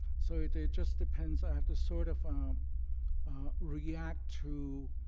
so it it just depends. i have to sort of um react to